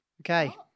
Okay